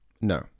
No